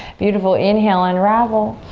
beautiful, inhale, unravel.